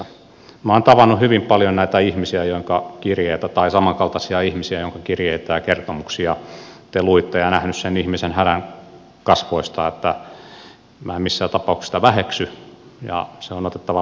minä olen tavannut hyvin paljon näitä ihmisiä tämänkaltaisia ihmisiä joiden kirjeitä ja kertomuksia te luitte ja nähnyt sen ihmisen hädän kasvoista niin että minä en missään tapauksessa sitä väheksy ja se on otettava vakavasti